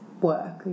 work